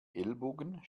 ellbogen